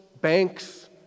banks